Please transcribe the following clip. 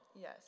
Yes